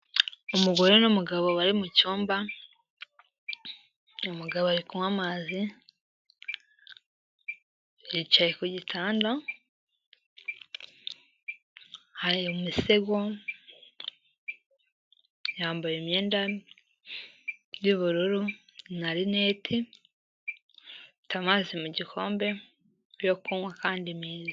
Umugore n'umugabo bari mu cyumba, umugabo ari kunywa amazi, yicaye ku gitanda, hari umusego, yambaye imyenda y'ubururu na rinete, afite amazi mu gikombe yo kunywa kandi meza.